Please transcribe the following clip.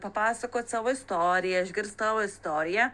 papasakot savo istoriją išgirst tavo istoriją